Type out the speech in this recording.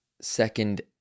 second